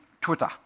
Twitter